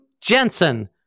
Jensen